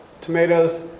tomatoes